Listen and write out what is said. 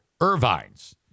Irvine's